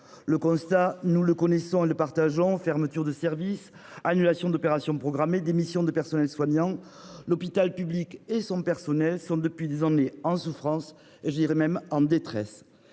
Le constat, nous le connaissons et nous le partageons : fermetures de services, annulations d'opérations programmées, démissions dans le personnel soignant, etc. L'hôpital public et ses effectifs sont depuis des années en souffrance et, je dirai même, en détresse.